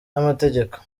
n’amategeko